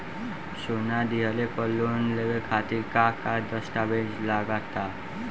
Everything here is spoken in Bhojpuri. सोना दिहले पर लोन लेवे खातिर का का दस्तावेज लागा ता?